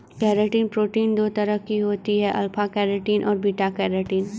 keratin protein दो तरह की होती है अल्फ़ा केरेटिन और बीटा केरेटिन